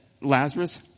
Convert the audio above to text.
Lazarus